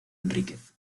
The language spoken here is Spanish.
henríquez